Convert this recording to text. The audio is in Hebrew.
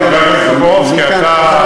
חבר הכנסת טופורובסקי,